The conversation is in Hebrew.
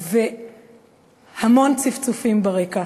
ושומעת המון צפצופים ברקע.